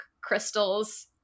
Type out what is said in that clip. crystals